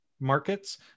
markets